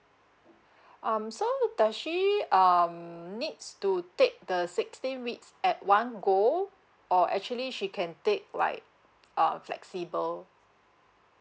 um so does she um needs to take the sixteen weeks at one go or actually she can take like um flexible